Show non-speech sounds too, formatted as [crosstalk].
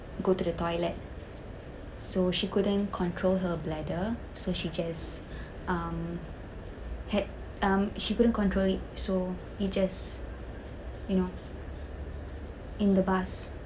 go to the toilet so she couldn't control her bladder so she just [breath] um had um she couldn't control it so it just you know in the bus